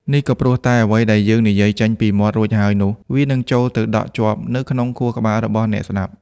នេះក៏ព្រោះតែអ្វីដែលយើងនិយាយចេញពីមាត់រួចហើយនោះ វានឹងចូលទៅដក់ជាប់នៅក្នុងខួរក្បាលរបស់អ្នកស្តាប់។